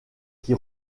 qui